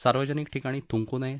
सार्वजनिक ठिकाणी थुंकू नये